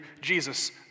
Jesus